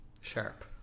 Sharp